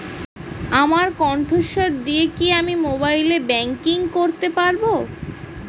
আমার কন্ঠস্বর দিয়ে কি আমি মোবাইলে ব্যাংকিং করতে পারবো?